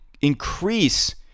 increase